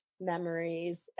memories